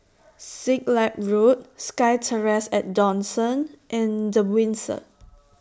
Siglap Road SkyTerrace At Dawson and The Windsor